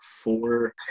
four